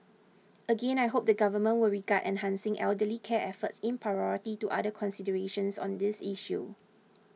again I hope the government will regard enhancing elderly care efforts in priority to other considerations on this issue